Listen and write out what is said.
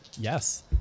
Yes